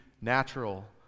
natural